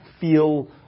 feel